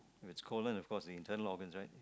if it's cold then of course the internal organs right